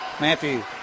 Matthew